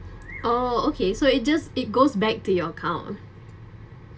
oo okay so it just it goes back to your account